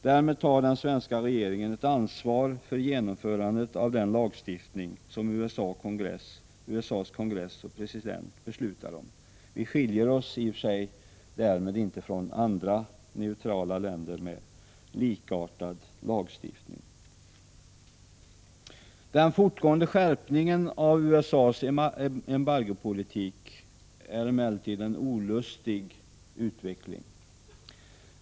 Därmed tar den svenska regeringen ett ansvar för genomförandet av den lagstiftning som USA:s kongress och president beslutar om. Vi skiljer oss i och för sig därmed inte från andra neutrala länder med likartad lagstiftning. Den fortgående skärpningen av USA:s embargopolitik innebär emellertid en olustig utveckling.